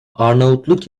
arnavutluk